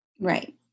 right